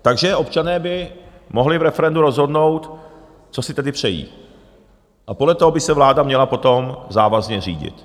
Takže občané by mohli v referendu rozhodnout, co si tedy přejí, a podle toho by se vláda měla potom závazně řídit.